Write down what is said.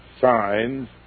signs